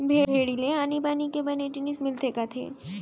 भेड़ी ले आनी बानी के बने जिनिस मिलथे कथें